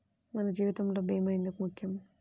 మన జీవితములో భీమా ఎందుకు ముఖ్యం?